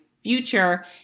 future